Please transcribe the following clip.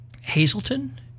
Hazleton